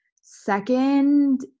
Second